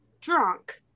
drunk